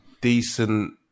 decent